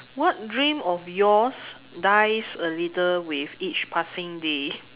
what dream of yours dies a little with each passing day